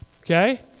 Okay